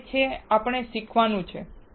તે છે આપણે શીખવાનું છે